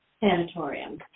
Sanatorium